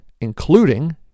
including